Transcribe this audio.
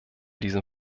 diesem